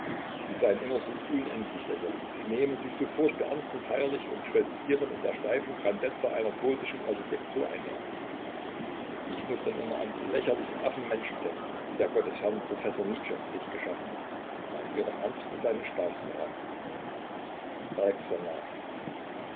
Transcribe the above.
sie seien immer so unendlich lächerlich sie nehmen sich so furchtbar ernst und feierlich und stolzieren in der steifen grandezza einer gotischen architektur einher ich muß dann immer an die lächerlichen affenmenschen denken die der gott des herrn professors nietzsche sich geschaffen hat um an ihrem ernste seinen spaß zu haben falk sann nach